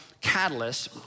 catalyst